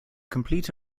complete